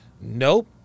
nope